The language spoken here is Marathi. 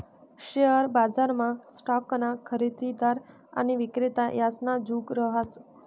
शेअर बजारमा स्टॉकना खरेदीदार आणि विक्रेता यासना जुग रहास